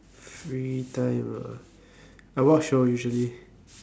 free time ah I watch show usually